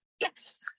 yes